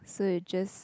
so is just